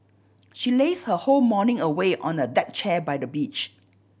she lazed her whole morning away on a deck chair by the beach